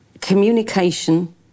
communication